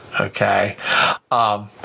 Okay